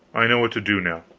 i know what to do now.